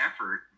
effort